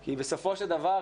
כי בסופו של דבר,